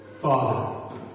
Father